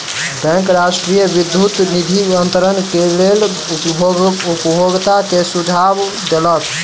bank राष्ट्रीय विद्युत निधि अन्तरण के लेल उपभोगता के सुझाव देलक